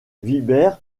vibert